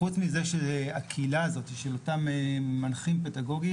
חוץ מזה שהקהילה הזאת של אותם מנחים פדגוגיים,